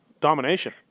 Domination